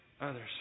others